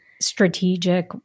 strategic